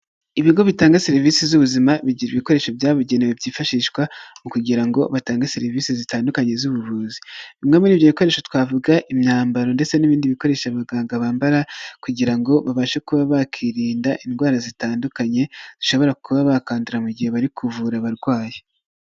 Ibigo bitanga serivisi z'ubuzima bigira ibikoresho byabugenewe, byifashishwa kugira ngo batange serivisi zitandukanye z'ubuvuzi. Bimwe muri ibyo bikoresho twavuga imyambaro ndetse n'ibindi bikoresho abaganga bambara, kugirango ngo babashe kuba bakirinda indwara zitandukanye, zishobora kuba bakandura, mu gihe bari kuvura abarwayi.